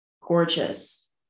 gorgeous